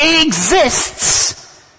exists